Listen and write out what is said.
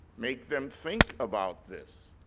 make them think about this.